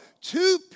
Two